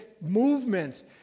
movements